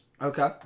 Okay